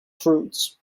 prudes